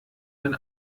ein